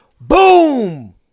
boom